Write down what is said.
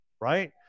right